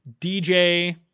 dj